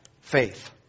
faith